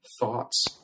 thoughts